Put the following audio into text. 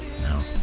No